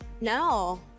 No